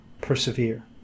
persevere